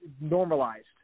normalized